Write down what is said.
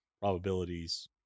Probabilities